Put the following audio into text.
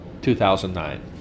2009